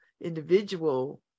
individual